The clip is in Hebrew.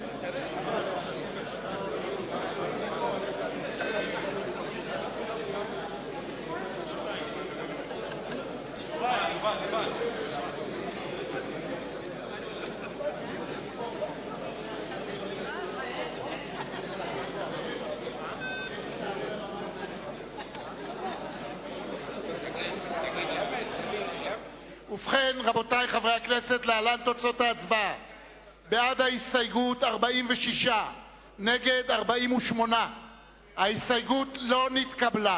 נגד, 48. ההסתייגות לא נתקבלה.